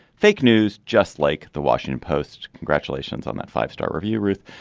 fake news, just like the washington post. congratulations on that five star review, ruth.